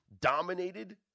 dominated